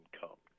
come